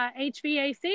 HVAC